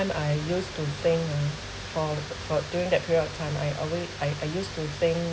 I used to think ah for for during that period of time I always I I used to think